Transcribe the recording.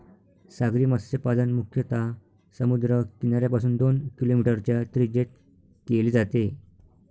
सागरी मत्स्यपालन मुख्यतः समुद्र किनाऱ्यापासून दोन किलोमीटरच्या त्रिज्येत केले जाते